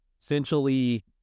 essentially